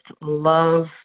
love